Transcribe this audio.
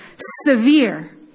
severe